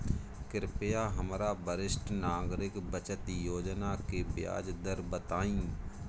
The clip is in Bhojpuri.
कृपया हमरा वरिष्ठ नागरिक बचत योजना के ब्याज दर बताइं